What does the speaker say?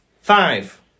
Five